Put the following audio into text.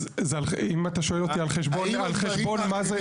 אז אם אתה שואל אותי על חשבון מה זה,